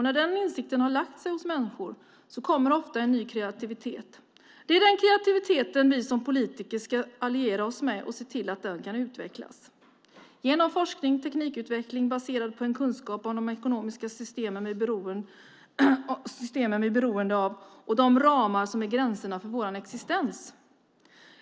När den insikten har satt sig hos människor kommer ofta en ny kreativitet. Det är den kreativiteten vi politiker ska alliera oss med och se till att utveckla genom forskning och teknikutveckling baserad på de ekonomiska system vi är beroende av och vad som är gränserna för vår existens.